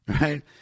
Right